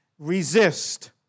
Resist